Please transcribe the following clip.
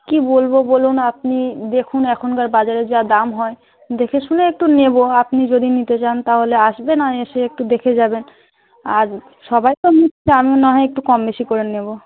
কী বলবো বলুন আপনি দেখুন এখনকার বাজারের যা দাম হয় দেখে শুনেই একটু নেবো আপনি যদি নিতে চান তাহলে আসবেন আর এসে একটু দেখে যাবেন আর সবাই তো নিচ্ছে আমিও নাহয় একটু কম বেশি করে নেবো